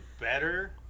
better